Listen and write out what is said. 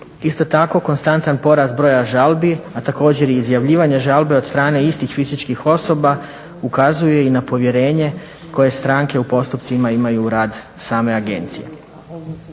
Isto tako konstantan porast broja žalbi, a također i izjavljivanja žalbe od strane istih fizičkih osoba ukazuje i na povjerenje koje stranke u postupcima imaju u radu same agencije.